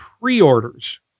pre-orders